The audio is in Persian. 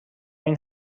این